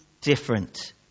different